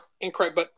incorrect